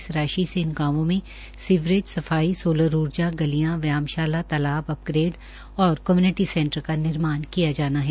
इस राशि से इन गांवों में सीवरेज सफाई सोलर ऊर्जा गालियां व्यायाम शालातालाब अपग्रेड और कम्यूनिटी सेंटर का निर्माण किया जाना है